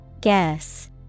Guess